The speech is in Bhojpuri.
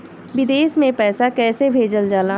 विदेश में पैसा कैसे भेजल जाला?